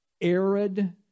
arid